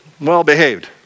well-behaved